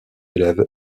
élève